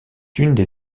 une